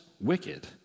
wicked